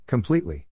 Completely